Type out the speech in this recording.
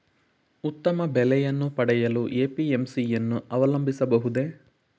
ಉತ್ತಮ ಬೆಲೆಯನ್ನು ಪಡೆಯಲು ಎ.ಪಿ.ಎಂ.ಸಿ ಯನ್ನು ಅವಲಂಬಿಸಬಹುದೇ?